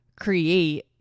create